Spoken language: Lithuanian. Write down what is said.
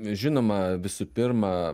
žinoma visų pirma